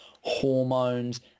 hormones